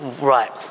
right